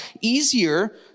easier